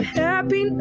happy